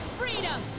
freedom